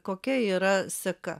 kokia yra seka